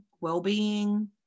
well-being